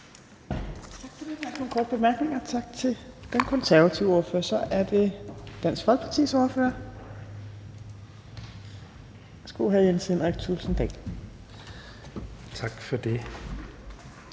Tak for det.